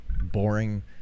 boring